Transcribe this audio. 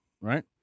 right